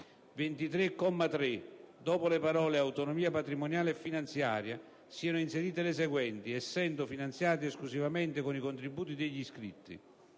3, dopo le parole "autonomia patrimoniale e finanziaria" siano inserite le seguenti: "essendo finanziati esclusivamente con i contributi degli iscritti";